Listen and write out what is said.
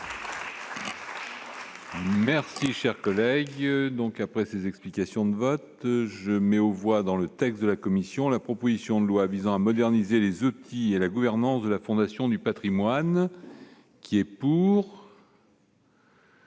Merci cher. Collègues Dieu donc après ces explications de vote, je mets aux voix dans le texte de la commission, la proposition de loi visant à moderniser les outils et la gouvernance de la Fondation du Patrimoine, qui est pour.